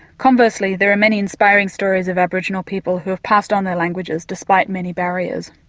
conversely there are many inspiring stories of aboriginal people who have passed on their languages despite many barriers.